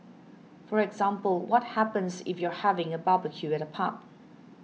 for example what happens if you're having a barbecue at a park